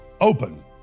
open